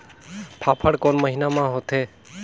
फाफण कोन महीना म होथे?